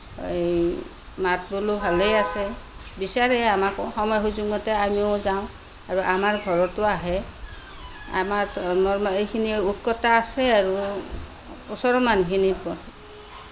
এই মাত বোলো ভালেই আছে বিচাৰে আমাকো সময় সুযোগ মতে আমিও যাওঁ আৰু আমাৰ ঘৰতো আহে আমাৰ এইখিনি ঐক্যতা আছে আৰু ওচৰৰ মানুহখিনিৰ ওপৰত